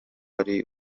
uri